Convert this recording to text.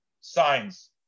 signs